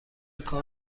کار